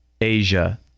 Asia